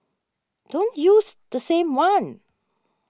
don't use the same one